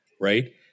right